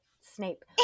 Snape